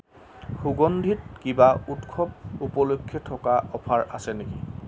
সুগন্ধিত কিবা উৎসৱ উপলক্ষে থকা অফাৰ আছে নেকি